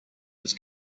his